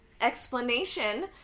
explanation